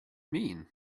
mean